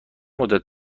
مدت